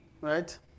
Right